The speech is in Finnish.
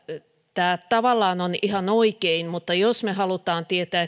tämä tavallaan on ihan oikein mutta jos me haluamme tietää